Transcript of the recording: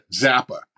Zappa